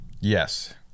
Yes